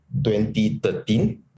2013